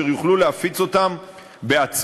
אשר יוכלו להפיץ אותם בעצמם.